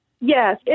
Yes